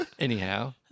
Anyhow